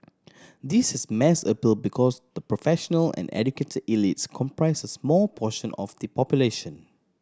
this has mass appeal because the professional and educate elites comprise a small portion of the population